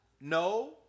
No